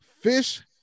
Fish